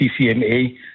CCMA